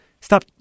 Stop